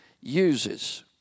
uses